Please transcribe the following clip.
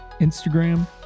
Instagram